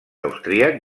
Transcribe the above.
austríac